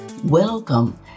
Welcome